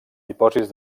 dipòsits